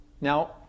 Now